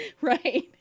Right